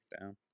down